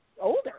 older